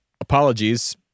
apologies